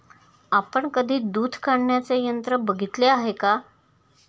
आपण कधी दूध काढण्याचे यंत्र बघितले आहे का?